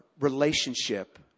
relationship